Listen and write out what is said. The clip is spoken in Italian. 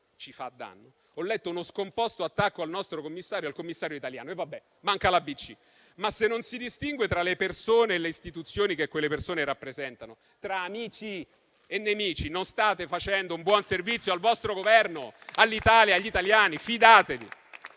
ci fa danno, ho letto un suo scomposto attacco al nostro Commissario italiano. Va bene, manca l'ABC, ma se non si distingue tra le persone e le istituzioni che quelle persone rappresentano, tra amici e nemici, non state facendo un buon servizio al vostro Governo, all'Italia e agli italiani. Fidatevi.